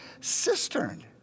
cistern